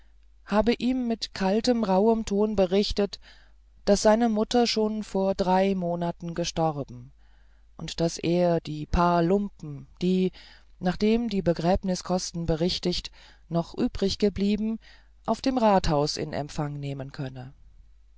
habe ihm mit kaltem rauhem ton berichtet daß seine mutter schon vor drei monaten gestorben und daß er die paar lumpen die nachdem die begräbniskosten berichtigt noch übriggeblieben auf dem rathause in empfang nehmen könne